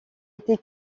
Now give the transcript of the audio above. été